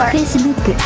Facebook